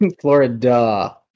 Florida